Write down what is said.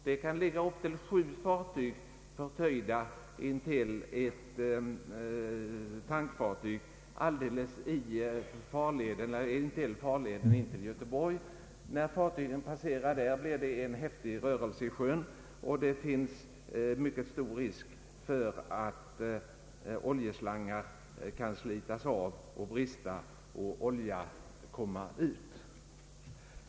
Det kan ligga upp till sju fartyg förtöjda intill ett tankfartyg alldeles i farleden intill Göteborg. När fartyg passerar i farleden uppstår en häftig rörelse i vattnet. Det finns då mycket stor risk för att oljeslangar kan slitas av eller brista och olja läcka ut.